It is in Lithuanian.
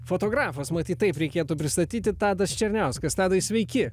fotografas matyt taip reikėtų pristatyti tadas černiauskas tadai sveiki